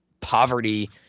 poverty